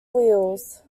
wheels